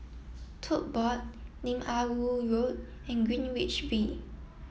Tote Board Lim Ah Woo Road and Greenwich V